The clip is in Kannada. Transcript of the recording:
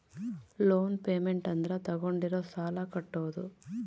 ಲೋನ್ ಪೇಮೆಂಟ್ ಅಂದ್ರ ತಾಗೊಂಡಿರೋ ಸಾಲ ಕಟ್ಟೋದು